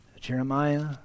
Jeremiah